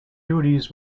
duties